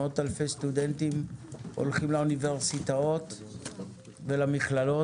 מאות אלפי סטודנטים הולכים לאוניברסיטאות ולמכללות,